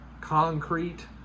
concrete